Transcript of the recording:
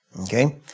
Okay